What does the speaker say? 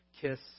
kiss